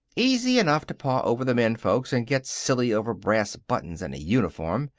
easy enough to paw over the men-folks and get silly over brass buttons and a uniform.